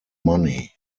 money